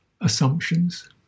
assumptions